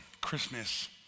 Christmas